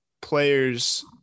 players